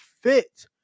fit